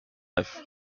neuf